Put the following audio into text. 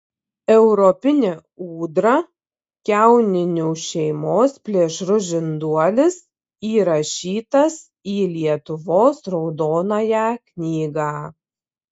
europinė ūdra kiauninių šeimos plėšrus žinduolis įrašytas į lietuvos raudonąją knygą